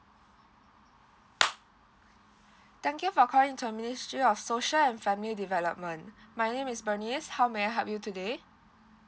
thank you for calling to ministry of social and family development my name is Bernice how may I help you today